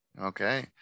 Okay